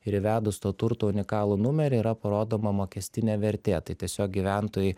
ir įvedus to turto unikalų numerį yra parodoma mokestinė vertė tai tiesiog gyventojai